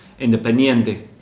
Independiente